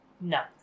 No